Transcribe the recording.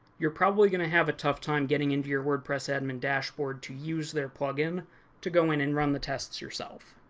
you're probably going to have a tough time getting into your wordpress admin dashboard to use their plugin to go in and run the tests yourself.